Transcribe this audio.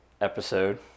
episode